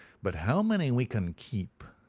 but how many we can keep.